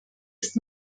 ist